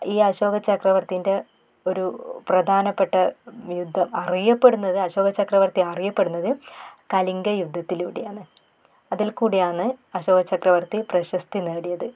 ഈ അശോകചക്രവർത്തിൻ്റെ ഒരു പ്രധാനപ്പെട്ട യുദ്ധം അറിയപ്പെടുന്നത് അശോകചക്രവർത്തി അറിയപ്പെടുന്നത് കലിംഗ യുദ്ധത്തിലൂടെയാണ് അതിൽ കൂടെയാന്ന് അശോകചക്രവർത്തി പ്രശസ്തി നേടിയത്